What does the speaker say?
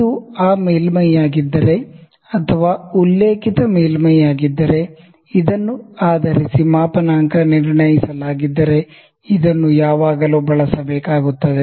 ಇದು ಆ ಮೇಲ್ಮೈಯಾಗಿದ್ದರೆ ಅಥವಾ ಉಲ್ಲೇಖಿತ ಮೇಲ್ಮೈಯಾಗಿದ್ದರೆ ಇದನ್ನು ಆಧರಿಸಿ ಮಾಪನಾಂಕ ನಿರ್ಣಯಿಸಲಾಗಿದ್ದರೆ ಇದನ್ನು ಯಾವಾಗಲೂ ಬಳಸಬೇಕಾಗುತ್ತದೆ